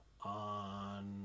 on